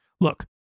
Look